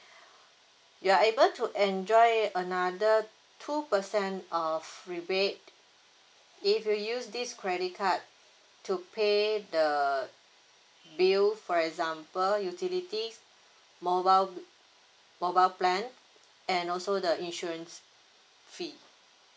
you are able to enjoy another two percent of rebate if you use this credit card to pay the bill for example utilities mobile mobile plan and also the insurance fee